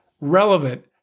relevant